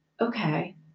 okay